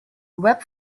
web